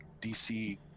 DC